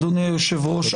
אדוני היושב ראש,